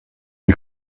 den